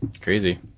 Crazy